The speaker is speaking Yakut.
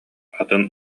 атын